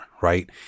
right